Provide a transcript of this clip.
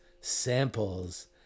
Samples